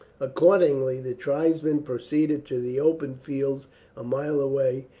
accordingly the tribesmen proceeded to the open fields a mile away,